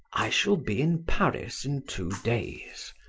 i shall be in paris in two days.